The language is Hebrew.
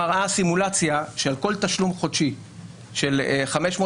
הסימולציה מראה שעל כל תשלום חודשי של 500 שקל,